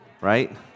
right